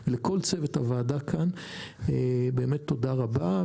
לכל צוות הוועדה כאן תודה רבה.